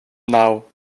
naŭ